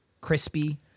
crispy